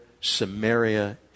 Samaria